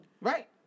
right